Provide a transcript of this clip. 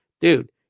dude